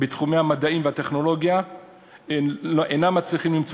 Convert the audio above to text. לימודים בתחומי המדעים והטכנולוגיה אינם מצליחים למצוא